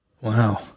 Wow